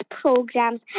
programs